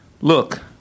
Look